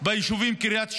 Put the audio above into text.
ביישובים קריית שמונה,